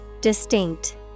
Distinct